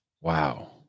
Wow